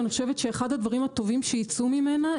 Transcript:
אני חושבת שאחד הדברים הטובים שייצאו ממנה,